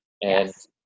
Yes